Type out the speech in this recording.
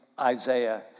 Isaiah